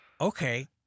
Okay